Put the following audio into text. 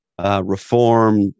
reform